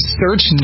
search